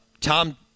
Tom